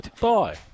Bye